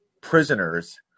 prisoners